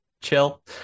chill